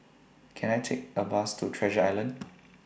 Can I Take A Bus to Treasure Island